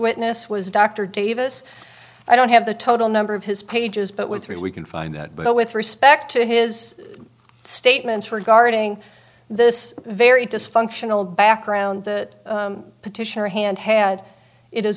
witness was dr davis i don't have the total number of his pages but with three we can find that but with respect to his statements regarding this very dysfunctional background the petitioner hand had it